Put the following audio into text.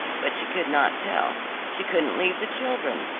but she could not tell she couldn't leave the children,